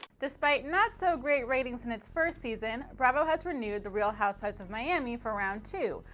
despite not-so-great ratings in its first season, bravo has renewed the real housewives of miami for round two,